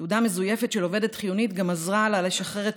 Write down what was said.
תעודה מזויפת של עובדת חיונית גם עזרה לה לשחרר את